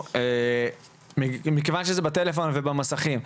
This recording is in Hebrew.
--- מכיוון שזה בטלפון ובמסכים,